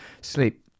sleep